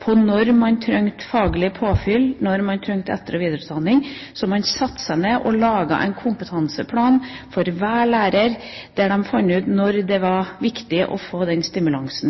når man trengte faglig påfyll, når man trengte etter- og videreutdanning – at man altså satte seg ned og laget en kompetanseplan for hver lærer, der man fant ut når det var viktig å få en slik stimulans.